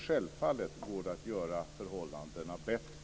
Självfallet går det att göra förhållandena bättre.